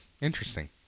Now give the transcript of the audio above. Interesting